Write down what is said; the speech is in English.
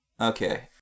Okay